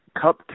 cup